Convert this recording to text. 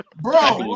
Bro